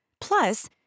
Plus